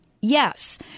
yes